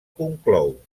conclou